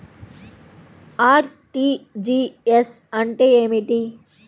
RTGS అంటే ఏమిటి?